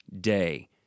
day